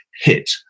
hit